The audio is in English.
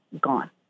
gone